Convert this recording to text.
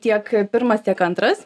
tiek pirmas tiek antras